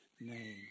name